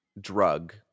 drug